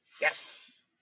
Yes